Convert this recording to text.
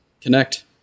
Connect